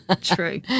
True